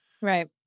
Right